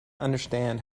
understand